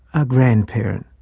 a grandparent.